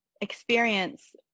experience